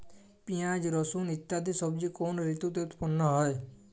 পিঁয়াজ রসুন ইত্যাদি সবজি কোন ঋতুতে উৎপন্ন হয়?